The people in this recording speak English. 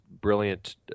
brilliant